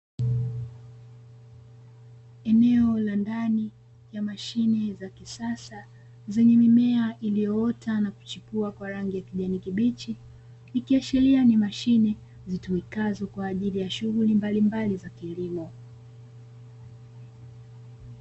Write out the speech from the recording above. Eneo la ndani ya mashine za kisasa zenye mimea iliyoota na kuchipua kwa rangi ya kijani kibichi, ikiashiria ni mashine zitumikazo kwa ajili ya shughuli mbalimbali za kilimo.